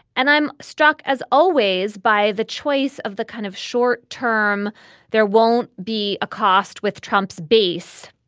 and i'm struck as always by the choice of the kind of short term there won't be a cost with trump's base.